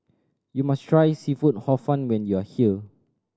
you must try seafood Hor Fun when you are here